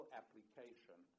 application